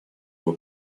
его